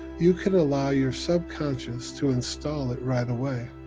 you can allow your subconscious to install it right away,